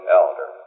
elder